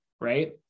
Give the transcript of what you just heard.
right